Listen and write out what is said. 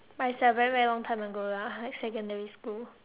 but it's a very very long time ago lah like secondary school